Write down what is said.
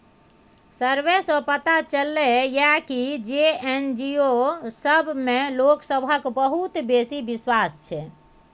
survey सँ पता चलले ये की जे एन.जी.ओ सब मे लोक सबहक बहुत बेसी बिश्वास छै